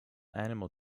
animal